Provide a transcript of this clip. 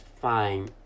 fine